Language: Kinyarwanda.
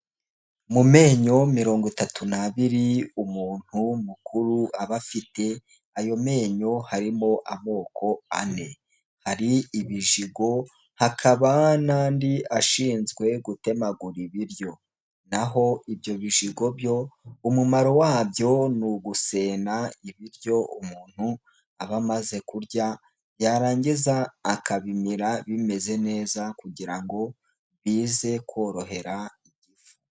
Mu menyo mirongo itatu n'abiri umuntu mukuru aba afite, ayo menyo harimo amoko ane: hari ibijigo, hakaba n'andi ashinzwe gutemagura ibiryo, naho ibyo bijigo byo umumaro wabyo ni ugusena ibiryo umuntu aba amaze kurya, yarangiza akabimira bimeze neza kugira ngo bize korohera igifu.